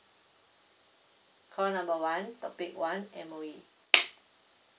call number one topic one M_O_E